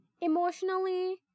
emotionally